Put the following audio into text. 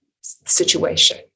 situation